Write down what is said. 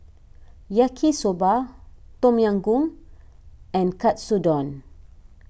Yaki Soba Tom Yam Goong and Katsudon